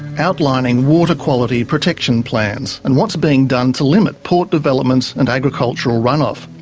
outlining water quality protection plans and what's being done to limit port development and agricultural runoff.